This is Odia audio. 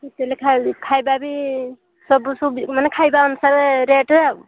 ହୋଟେଲ୍ ଖାଇ ଖାଇବା ବି ସବୁ ସୁବି ମାନେ ଖାଇବା ଅନୁସାରେ ରେଟ୍ ଆଉ